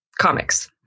comics